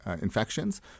infections